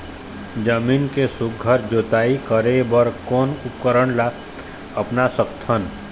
जमीन के सुघ्घर जोताई करे बर कोन उपकरण ला अपना सकथन?